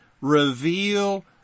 reveal